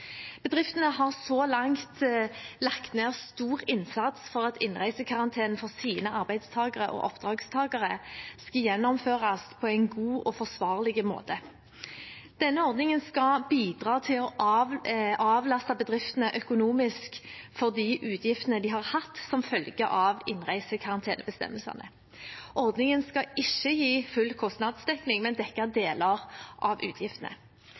Bedriftene har så langt lagt ned en stor innsats for at innreisekarantenen for deres arbeidstakere og oppdragstakere skal gjennomføres på en god og forsvarlig måte. Denne ordningen skal bidra til å avlaste bedriftene økonomisk for de utgiftene de har hatt som følge av innreisekarantenebestemmelsene. Ordningen skal ikke gi full kostnadsdekning, men dekke deler av utgiftene.